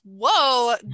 Whoa